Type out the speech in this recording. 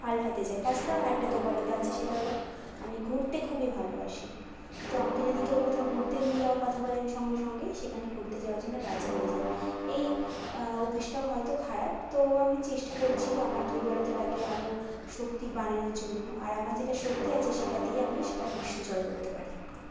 পাল্টাতে চাই তাছাড়াও আরেকটা দুর্বলতা আছে সেটা হল আমি ঘুরতে খুবই ভালোবাসি তো আমাকে যদি কেউ কোথাও ঘুরতে নিয়ে যাওয়ার কথা বলে আমি সঙ্গে সঙ্গে সেখানে ঘুরতে যাওয়ার জন্য রাজি হয়ে যাই এই অভ্যেসটাও হয়তো খারাপ তো আমি চেষ্টা করছি আমার দুর্বলতাটাকে আরও শক্তি বানানোর জন্য আর আমার যেটা শক্তি আছে সেটা দিয়ে আমি সারা বিশ্ব জয় করতে পারি